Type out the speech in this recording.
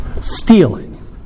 stealing